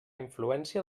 influència